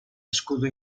escudo